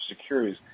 securities